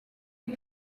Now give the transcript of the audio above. est